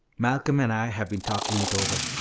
malcolm and i have been talking it over.